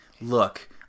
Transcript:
look